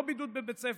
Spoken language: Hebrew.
לא בידוד בבית ספר.